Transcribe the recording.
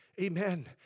Amen